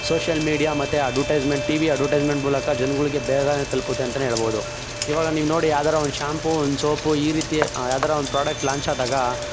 social media ಮತ್ತು advertisement T V advertisement ಮೂಲಕ ಜನಗಳಿಗೆ ಬೇಗನೇ ತಲುಪುತ್ತೆ ಅಂತಲೇ ಹೇಳ್ಬೋದು ಇವಾಗ ನೀವು ನೋಡಿ ಯಾವ್ದಾರ ಒಂದು ಶ್ಯಾಂಪು ಒಂದು ಸೋಪು ಈ ರೀತಿ ಯಾವ್ದರ ಒಂದು ಪ್ರಾಡಕ್ಟ್ ಲಾಂಚ್ ಆದಾಗ